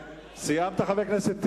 סיימת, חבר הכנסת טיבי?